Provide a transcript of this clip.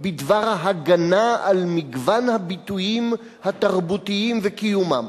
בדבר הגנה על מגוון הביטויים התרבותיים וקיומם.